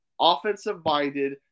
offensive-minded